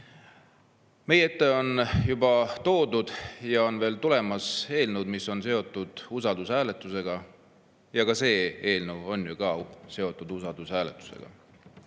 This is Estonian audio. Meie ette on juba toodud ja on veel tulemas eelnõud, mis on seotud usaldushääletusega. Ka see eelnõu on seotud usaldushääletusega.